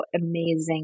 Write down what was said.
amazing